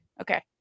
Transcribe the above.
Okay